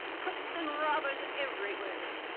crooks and robbers are everywhere.